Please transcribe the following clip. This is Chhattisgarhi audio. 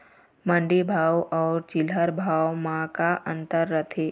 मंडी भाव अउ चिल्हर भाव म का अंतर रथे?